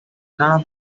none